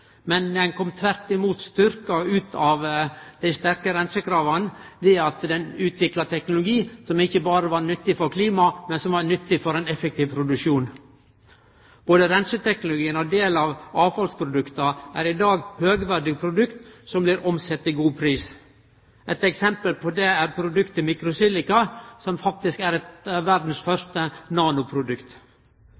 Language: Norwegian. men den kom tvert imot styrkt ut av det ved at den utvikla teknologi som ikkje berre var nyttig for klimaet, men som var nyttig for ein effektiv produksjon. Både reinseteknologien og ein del av avfallsprodukta er i dag høgverdige produkt som blir omsette til god pris. Eit eksempel på det er produktet microsilica, som faktisk er et av verdas